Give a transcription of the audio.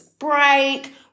break